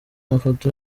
mafoto